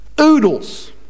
oodles